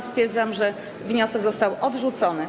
Stwierdzam, że wniosek został odrzucony.